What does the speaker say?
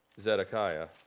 Zedekiah